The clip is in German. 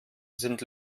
sind